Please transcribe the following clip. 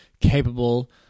capable